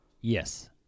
Yes